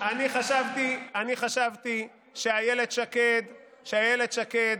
לתומכי טרור אנטי-ציוניים,